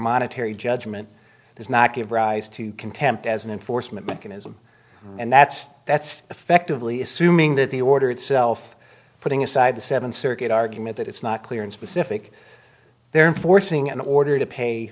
monetary judgment does not give rise to contempt as an enforcement mechanism and that's that's effectively assuming that the order itself putting aside the seventh circuit argument that it's not clear and specific they're forcing an order to pay